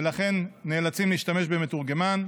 ולכן נאלצים להשתמש במתורגמן.